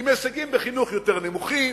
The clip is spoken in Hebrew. עם הישגים בחינוך יותר נמוכים,